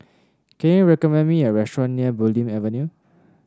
can you recommend me a restaurant near Bulim Avenue